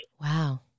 Wow